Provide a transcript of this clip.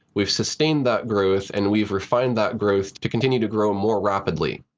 we've sustained that growth, and we've refined that growth to continue to grow more rapidly.